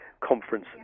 conference